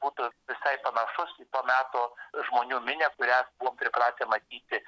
būtų visai panašus į to meto žmonių minią kurią buvom pripratę matyti